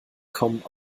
kommen